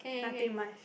nothing much